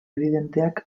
ebidenteak